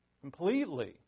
completely